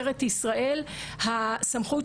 שירחיבו אותו גם לצעירים,